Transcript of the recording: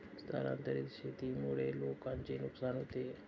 स्थलांतरित शेतीमुळे लोकांचे नुकसान होते